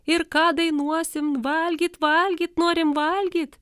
ir ką dainuosim valgyt valgyt norim valgyt